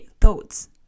thoughts